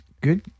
good